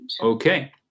Okay